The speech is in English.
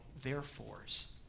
therefores